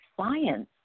science